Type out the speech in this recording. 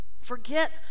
forget